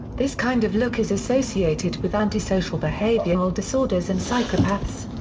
this kind of look is associated with antisocial behavioral disorders and psychopaths.